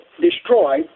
destroy